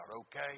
okay